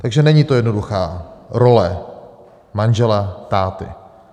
Takže není to jednoduchá role manžela, táty.